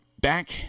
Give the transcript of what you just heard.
back